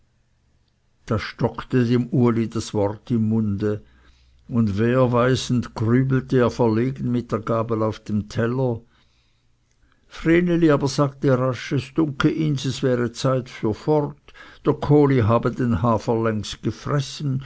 da stockte dem uli das wort im munde und werweisend grübelte er verlegen mit der gabel auf dem teller vreneli aber sagte rasch es dunke ihns es wäre zeit für fort der kohli habe den hafer längst gefressen